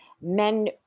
men